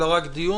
אלא רק דיון,